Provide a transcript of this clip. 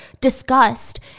disgust